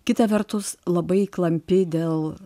kita vertus labai klampi dėl